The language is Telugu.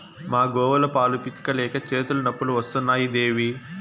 మా గోవుల పాలు పితిక లేక చేతులు నొప్పులు వస్తున్నాయి దేవీ